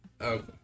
Okay